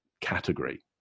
category